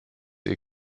ihr